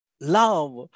love